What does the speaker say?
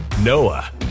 Noah